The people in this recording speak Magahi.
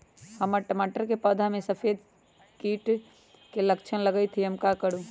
हमर टमाटर के पौधा में सफेद सफेद कीट के लक्षण लगई थई हम का करू?